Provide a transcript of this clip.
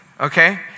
okay